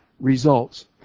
results